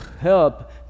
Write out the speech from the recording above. help